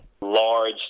large